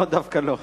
לא, דווקא לא.